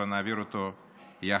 ונעביר אותו יחד.